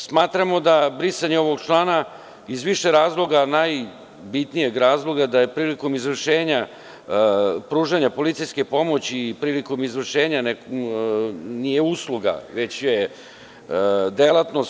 Smatramo da brisanjem ovog člana, iz više razloga, najbitnijeg razloga, da je prilikom izvršenja pružanje policijske pomoći, prilikom izvršenja, nije usluga, već je delatnost.